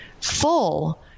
full